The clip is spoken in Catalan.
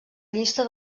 llista